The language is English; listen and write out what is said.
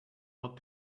not